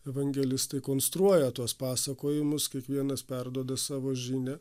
evangelistai konstruoja tuos pasakojimus kiekvienas perduoda savo žinią